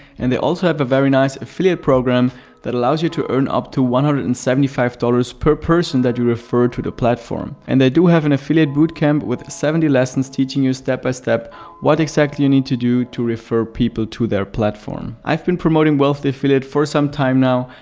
and they also have a very nice affiliate program that allows you to earn up to one hundred and seventy five dollars per person that you refer to the platform. and they do have an affiliate bootcamp with seventy lessons teaching you step by step what exactly you need to do to refer people to their platform. i've been promoting wealthy affiliate for some time now,